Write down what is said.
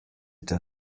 der